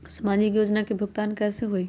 समाजिक योजना के भुगतान कैसे होई?